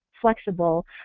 flexible